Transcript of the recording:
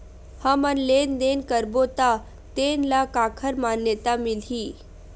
हमन लेन देन करबो त तेन ल काखर मान्यता मिलही?